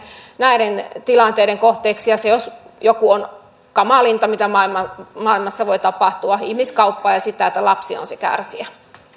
näiden tilanteiden kohteeksi ja se jos jokin on kamalinta mitä maailmassa voi tapahtua ihmiskauppa ja se että lapsi on se kärsijä